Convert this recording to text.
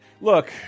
Look